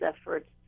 efforts